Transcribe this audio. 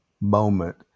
moment